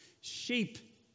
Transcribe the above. Sheep